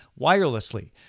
wirelessly